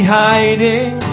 hiding